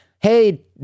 Hey